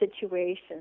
situation